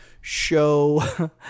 show